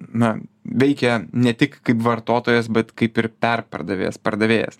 na veikė ne tik kaip vartotojas bet kaip ir perpardavėjas pardavėjas